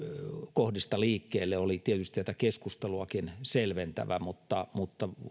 kohdista liikkeelle oli tietysti tätä keskusteluakin selventävä mutta mutta